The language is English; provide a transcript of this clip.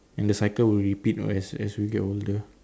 and the cycle will repeat as as we get older